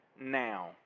now